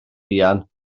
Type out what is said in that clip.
fuan